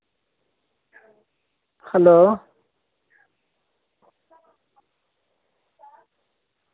hello